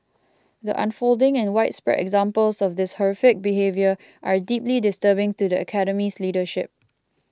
the unfolding and widespread examples of this horrific behaviour are deeply disturbing to the Academy's leadership